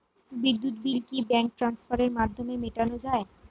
বিদ্যুৎ বিল কি ব্যাঙ্ক ট্রান্সফারের মাধ্যমে মেটানো য়ায়?